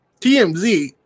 TMZ